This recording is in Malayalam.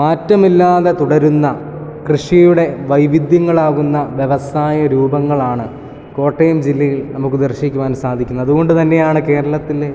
മാറ്റമില്ലാതെ തുടരുന്ന കൃഷിയുടെ വൈവിധ്യങ്ങളാകുന്ന വ്യവസായ രൂപങ്ങളാണ് കോട്ടയം ജില്ലയിൽ നമുക്ക് ദർശിക്കുവാൻ സാധിക്കുന്നത് അതുകൊണ്ടുതന്നെയാണ് കേരളത്തിലെ